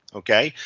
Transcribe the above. okay,